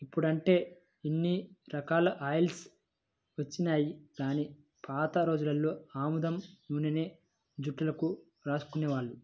ఇప్పుడంటే ఇన్ని రకాల ఆయిల్స్ వచ్చినియ్యి గానీ పాత రోజుల్లో ఆముదం నూనెనే జుట్టుకు రాసుకునేవాళ్ళు